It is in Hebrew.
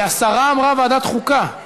כי השרה אמרה ועדת חוקה.